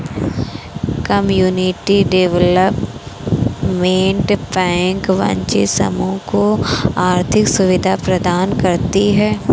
community development bank वंचित समूह को आर्थिक सुविधा प्रदान करती है